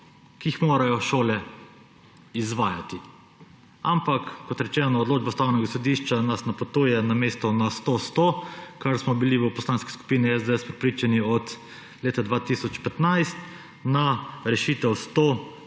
ki jih morajo šole izvajati. Ampak kot rečeno, odločba Ustavnega sodišča nas napotuje namesto na 100 : 100, kar smo bili v Poslanski skupini SDS prepričani od leta 2015, na rešitev 100